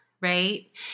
Right